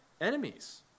enemies